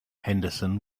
henderson